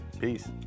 Peace